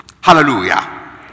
Hallelujah